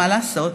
מה לעשות?